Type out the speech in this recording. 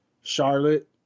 Charlotte